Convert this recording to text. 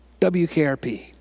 WKRP